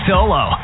Solo